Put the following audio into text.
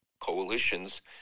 coalitions